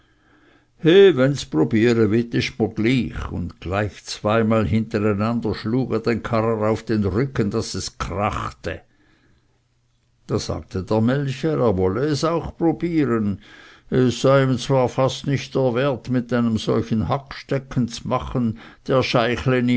mir gleich und zweimal hintereinander schlug er den karrer auf den rücken daß es krachte da sagte der melcher er wolle es auch probieren es sei ihm zwar fast nicht der wert mit einem solchen hagstecken z'machen der